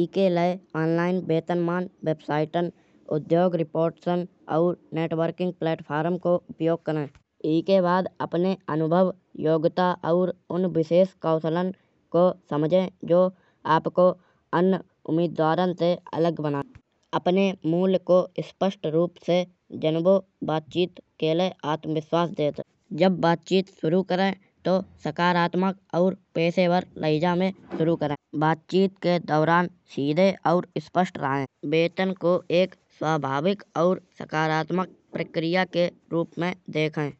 इके लाएँ ऑनलाइन वेतन मा वेबसाइटन उद्योग रिपोर्टन और नेटवर्किंग प्लेटफार्म को उपयोग कराए। इके बाद अपने अनुभव योग्यता और उन विशेष कौशलन को समझे। जो आपको अन्य उम्मीदवारन से अलग बनत है। अपने मूल को स्पष्ट रूप से जानवी बातचीत के लाएँ आत्मविश्वास देत है। जब बातचीत शुरू कराए तौ सकारात्मक और पेशेवर लहज़ा में सुरू कराए। बातचीत के दौरान सीधे और स्पष्ट रहाए। वेतन को एक स्वाभाविक और सकारात्मक प्रक्रियाके रूप में देखाए।